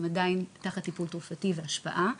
הם עדיין תחת טיפול רפואי והשפעה,